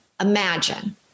imagine